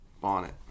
bonnet